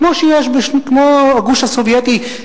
כמו הגוש הסובייטי,